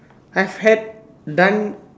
I had done